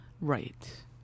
Right